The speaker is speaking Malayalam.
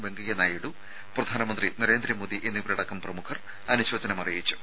വെങ്കയ്യ നായിഡു പ്രധാനമന്ത്രി നരേന്ദ്രമോദി എന്നിവരടക്കം പ്രമുഖർ അനുശോചനം അറിയിച്ചു